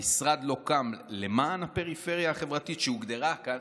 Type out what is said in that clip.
המשרד לא קם למען הפריפריה החברתית שהוגדרה כאן,